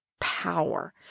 Power